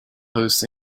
hosts